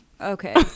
Okay